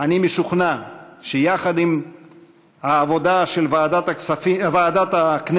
אני משוכנע שיחד עם העבודה של ועדת הכנסת